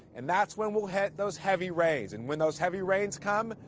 and that's when we'll hit those heavy rains. and when those heavy rains come,